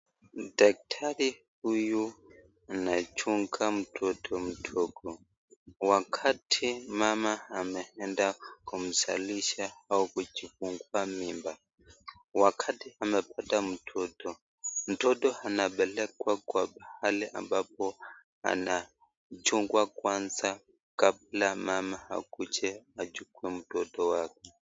Daktari huyu anachunga mtoto mdogo ,wakati mama ameenda kumzalisha au kujifungua mimba wakati amepata mtoto, mtoto anapelekwa kwa mahali ambapo anachungwa kwanza kabla mama akuje achukue Mtoto wake.